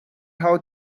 how